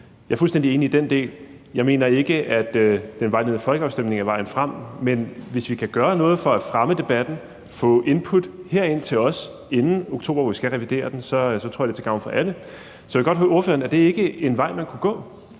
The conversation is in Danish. Jeg er fuldstændig enig i den del. Jeg mener ikke, at en vejledende folkeafstemning er vejen frem, men hvis vi kan gøre noget for at fremme debatten, få input herind til os inden oktober, hvor vi skal revidere den, tror jeg, det er til gavn for alle. Så jeg vil godt høre ordføreren: Er det ikke en vej, man kunne gå?